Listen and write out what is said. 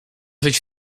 żyć